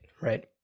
right